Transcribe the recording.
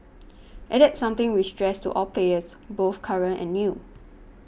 and that's something we stress to all players both current and new